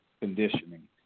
conditioning